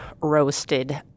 roasted